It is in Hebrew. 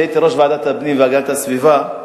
כשהייתי ראש ועדת הפנים והגנת הסביבה,